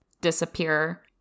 disappear